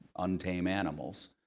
untamed animals,